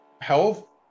health